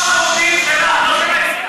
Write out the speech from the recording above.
שלך, לא של,